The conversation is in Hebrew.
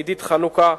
לעידית חנוכה,